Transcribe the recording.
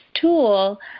tool